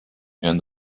and